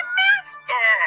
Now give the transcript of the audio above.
master